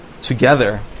together